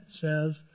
says